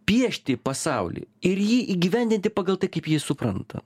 piešti pasaulį ir jį įgyvendinti pagal tai kaip jį supranta